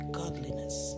godliness